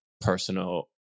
personal